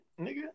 nigga